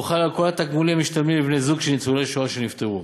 והוא חל על תגמולים המשתלמים לבני-זוג של ניצולי שואה שנפטרו.